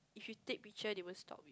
if you take picture they will stop